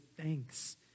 thanks